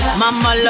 mama